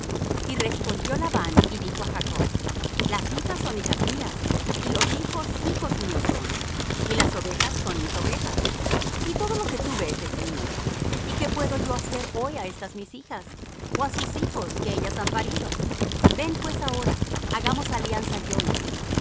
y respondió labán y dijo á jacob las hijas son hijas mías y los hijos hijos míos son y las ovejas son mis ovejas y todo lo que tú ves es mío y que puedo yo hacer hoy á estas mis hijas ó á sus hijos que ellas han parido ven pues ahora hagamos alianza yo y tú